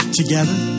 together